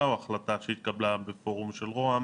או החלטה שהתקבלה בפורום של רוה"מ,